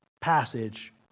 passage